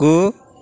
गु